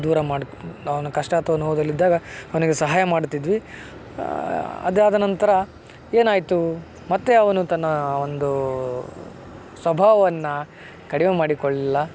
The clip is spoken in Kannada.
ದೂರ ಮಾಡಿ ಅವನು ಕಷ್ಟ ಅಥವಾ ನೋವಲ್ಲಿದ್ದಾಗ ಅವನಿಗೆ ಸಹಾಯ ಮಾಡ್ತಿದ್ವಿ ಅದಾದ ನಂತರ ಏನಾಯಿತು ಮತ್ತೆ ಅವನು ತನ್ನ ಒಂದು ಸ್ವಭಾವವನ್ನು ಕಡಿಮೆ ಮಾಡಿಕೊಳ್ಳಲಿಲ್ಲ